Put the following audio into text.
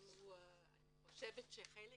אני חושבת שחלק